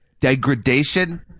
Degradation